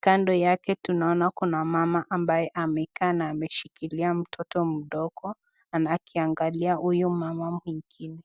kando yake tunaona kuna mama ambaye amekaa na ameshikilia mtoto mdogo akiangalia huyu mama mwingine.